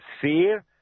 fear